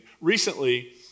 Recently